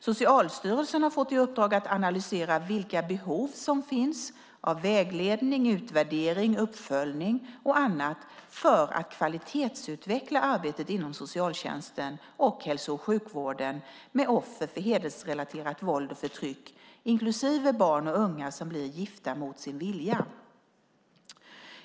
Socialstyrelsen har fått i uppdrag att analysera vilka behov som finns av vägledning, utvärdering, uppföljning och annat för att kvalitetsutveckla arbetet inom socialtjänsten och hälso och sjukvården med offer för hedersrelaterat våld och förtryck, inklusive barn och unga som blir gifta mot sin vilja.